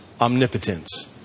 omnipotence